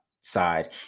side